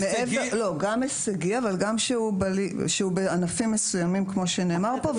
גם הישגי אבל גם שהוא בענפים מסוימים כמו שנאמר פה,